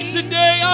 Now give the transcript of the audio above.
today